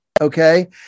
okay